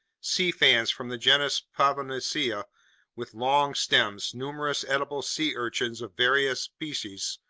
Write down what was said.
sea fans from the genus pavonacea with long stems, numerous edible sea urchins of various species,